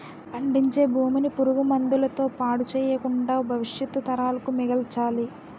పండించే భూమిని పురుగు మందుల తో పాడు చెయ్యకుండా భవిష్యత్తు తరాలకు మిగల్చాలి